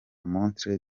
montre